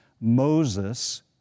Moses